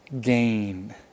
gain